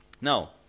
Now